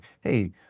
hey